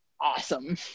awesome